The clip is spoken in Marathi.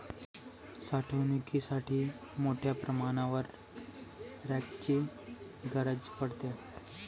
साठवणुकीसाठी मोठ्या प्रमाणावर रॅकची गरज पडते